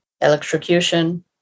electrocution